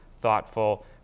thoughtful